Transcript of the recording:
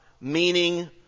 meaning